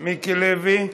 מיקי לוי.